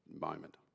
moment